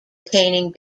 attaining